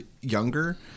younger